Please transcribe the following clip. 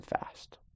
fast